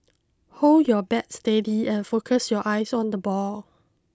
hold your bat steady and focus your eyes on the ball